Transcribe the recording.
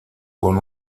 con